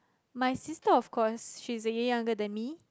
my sister of course she's a year younger than me